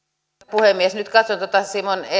puhemies nyt katson tätä